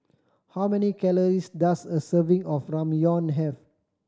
how many calories does a serving of Ramyeon have